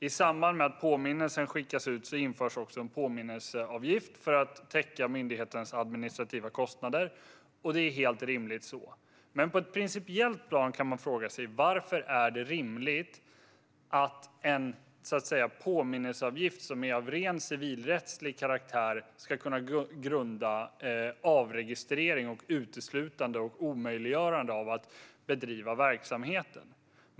I samband med att påminnelsen skickas ut påförs alltså en påminnelseavgift för att täcka myndighetens administrativa kostnader, vilket är helt rimligt. På ett principiellt plan kan man dock fråga sig varför det är rimligt att en påminnelseavgift av rent civilrättslig karaktär ska kunna grunda avregistrering, uteslutande och omöjliggörande av att driva verksamheten.